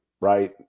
right